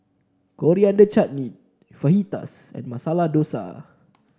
Coriander Chutney Fajitas and Masala Dosa